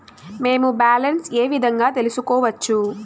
మేము బ్యాలెన్స్ ఏ విధంగా తెలుసుకోవచ్చు?